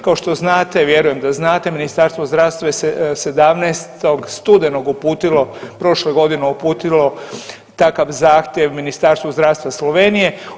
Kao što znate, vjerujem da znate Ministarstvo zdravstva je 17. studenog uputilo, prošle godine uputilo takav zahtjev Ministarstvu zdravstva Slovenije.